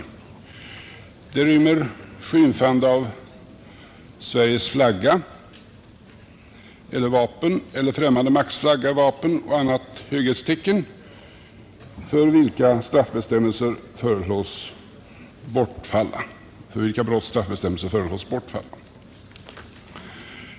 Bland annat föreslås att straffbestämmelserna för skymfande av Sveriges flagga eller vapen eller annat dess höghetstecken liksom också straffbestämmelserna för skymfande av främmande makts flagga, vapen eller annat dess höghetstecken skall bortfalla.